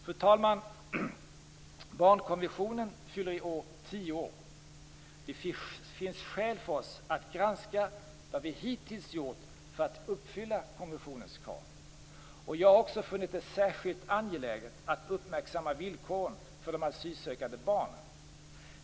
Fru talman! Barnkonventionen fyller i år tio år. Det finns skäl för oss att granska vad vi hittills gjort för att uppfylla konventionens krav. Jag har också funnit det särskilt angeläget att uppmärksamma villkoren för de asylsökande barnen.